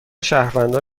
شهروندان